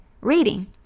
reading